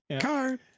car